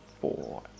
four